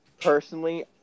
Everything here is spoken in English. personally